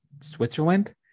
switzerland